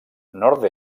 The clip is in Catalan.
nord